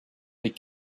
des